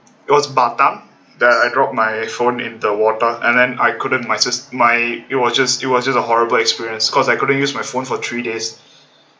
it was batam that I drop my phone in the water and then I couldn't my sis my it was just it was just a horrible experience cause I couldn't use my phone for three days